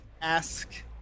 ask